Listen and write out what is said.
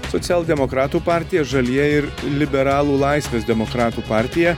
socialdemokratų partija žalieji ir liberalų laisvės demokratų partija